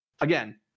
again